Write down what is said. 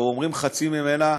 אומרים חצי ממנה,